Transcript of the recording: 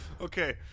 Okay